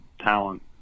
talent